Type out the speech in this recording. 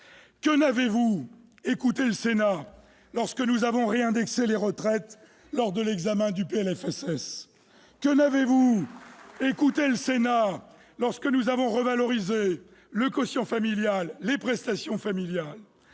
Que n'avez-vous écouté le Sénat lorsque nous avons réindexé les retraites lors de l'examen du PLFSS ? Que n'avez-vous écouté le Sénat lorsque nous avons revalorisé le quotient familial et les prestations familiales ?